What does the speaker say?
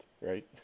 right